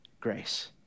grace